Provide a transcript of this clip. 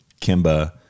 Kimba